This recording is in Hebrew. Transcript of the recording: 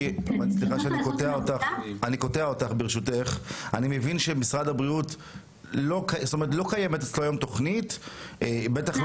קוטע אותך ברשותך אני מבין שלא קיימת כיום תוכנית במשרד הבריאות?